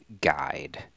guide